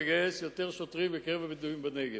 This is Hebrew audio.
לגייס יותר שוטרים מקרב הבדואים בנגב.